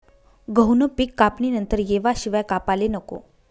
गहूनं पिक कापणीवर येवाशिवाय कापाले नको